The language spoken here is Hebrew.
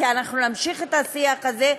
כי אנחנו נמשיך את השיח הזה.